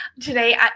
Today